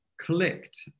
clicked